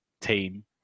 team